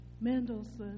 Mendelssohn